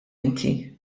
inti